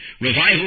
Revival